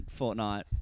Fortnite